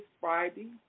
Friday